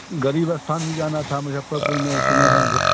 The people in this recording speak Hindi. गरीब अस्थान भी जाना था मुज़फ़्फ़रपुर में सुने हैं भो